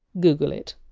google it